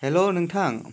हेल' नोंथां